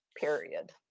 period